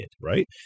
Right